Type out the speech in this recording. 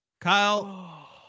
Kyle